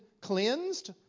cleansed